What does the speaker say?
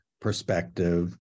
perspective